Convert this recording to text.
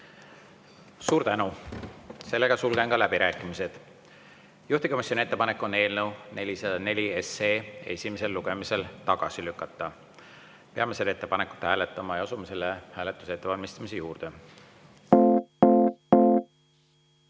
Suur tänu! Sulgen läbirääkimised. Juhtivkomisjoni ettepanek on eelnõu 404 esimesel lugemisel tagasi lükata. Peame seda ettepanekut hääletama ja asume selle hääletuse ettevalmistamise juurde.